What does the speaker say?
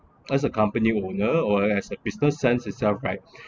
as a company owner or as a business sense itself right